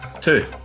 two